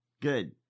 Good